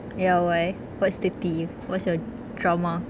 ya why what's the tea what's your drama